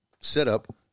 setup